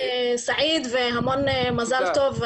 המון מזל טוב,